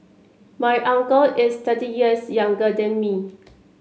my uncle is thirty years younger than me